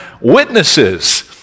witnesses